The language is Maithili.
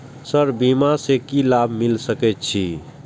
सर बीमा से की लाभ मिल सके छी?